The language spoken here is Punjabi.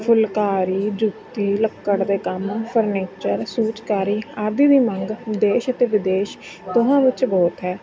ਫੁਲਕਾਰੀ ਜੁੱਤੀ ਲੱਕੜ ਦੇ ਕੰਮ ਫਰਨੀਚਰ ਸੂਚਕਾਰੀ ਆਦਿ ਦੀ ਮੰਗ ਦੇਸ਼ ਅਤੇ ਵਿਦੇਸ਼ ਦੋਹਾਂ ਵਿੱਚ ਬਹੁਤ ਹੈ